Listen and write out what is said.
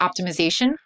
optimization